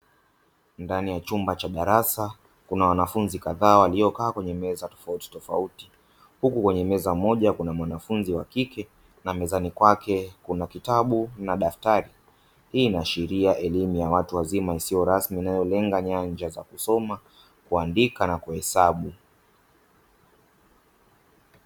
Ndani ya chumba cha darasa kuna wanafunzi kadhaa waliokaa kwenye meza tofauti tofauti huku kwenye meza moja kuna mwanafunzi wa kike na mezani kwake kuna kitabu na daftari. Hii inaashiria elimu ya watu wazima isiyo rasmi inayolenga nyanja za kusoma, kuandika na kuhesabu.